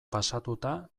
pasatuta